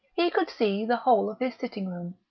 he could see the whole of his sitting-room,